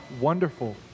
wonderful